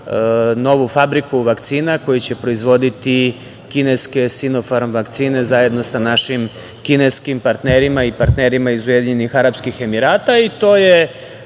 novu fabriku vakcina koje će proizvoditi kineske „Sinofarm“ vakcine zajedno sa našim kineskim partnerima i partnerima iz Ujedinjenih Arapskih Emirata. To je